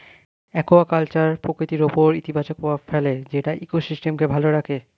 aquaculture প্রকৃতির উপর ইতিবাচক প্রভাব ফেলে যেটা ইকোসিস্টেমকে ভালো রাখে